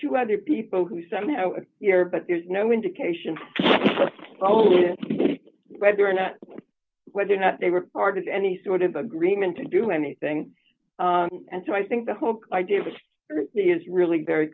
two other people who somehow it but there's no indication whether or not whether or not they were part of any sort of agreement to do anything and so i think the whole idea was is really very